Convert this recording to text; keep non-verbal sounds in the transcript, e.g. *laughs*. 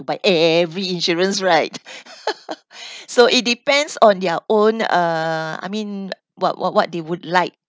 to buy every insurance right *laughs* *breath* so it depends on their own uh I mean what what what they would like